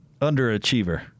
Underachiever